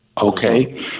Okay